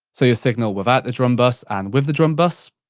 so your signal without the drum buss and with the drum buss.